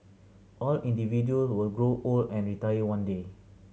all individual will grow old and retire one day